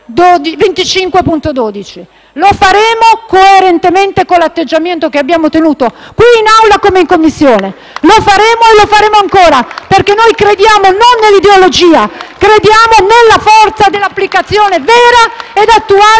25.12; lo faremo coerentemente con l’atteggiamento che abbiamo tenuto qui in Aula come in Commissione. (Applausi dal Gruppo FI-BP). Lo faremo e lo faremo ancora, perché noi crediamo non nell’ideologia, ma nella forza dell’applicazione vera ed attuale